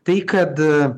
tai kad